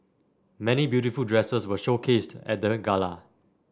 many beautiful dresses were showcased at the gala